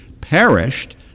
perished